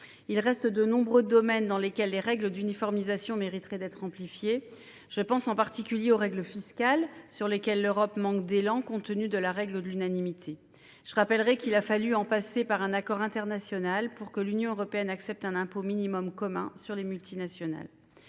Il reste de nombreux domaines dans lesquels les règles d'uniformisation mériteraient d'être amplifiées. Je pense en particulier aux règles fiscales, sur lesquelles l'Union européenne manque d'élan du fait de la règle de l'unanimité. Je rappellerai qu'il a fallu en passer par un accord international pour que l'Union européenne accepte un impôt minimum commun sur les multinationales.